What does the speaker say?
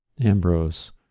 Ambrose